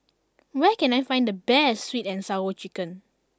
where can I find the best Sweet and Sour Chicken